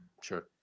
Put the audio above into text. Sure